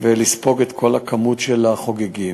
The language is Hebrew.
ולספוג את כל הכמות של החוגגים.